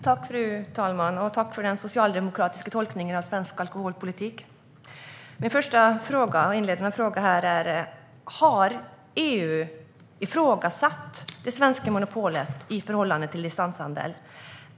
Fru talman! Tack, statsrådet, för den socialdemokratiska tolkningen av svensk alkoholpolitik! Min första fråga är: Har EU ifrågasatt det svenska monopolet i förhållande till distanshandel?